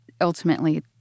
ultimately